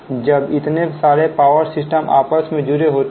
जब इतने सारे पावर सिस्टम आपस में जुड़े होते हैं